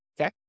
Okay